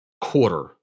quarter